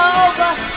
over